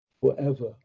forever